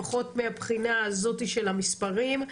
לפחות מהבחינה הזאת של המספרים.